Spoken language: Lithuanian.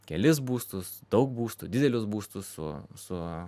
kelis būstus daug būstų didelius būstus su su